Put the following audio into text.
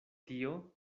tio